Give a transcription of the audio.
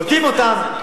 קולטים אותם,